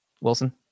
Wilson